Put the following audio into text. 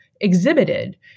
exhibited